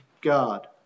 God